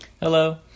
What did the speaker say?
Hello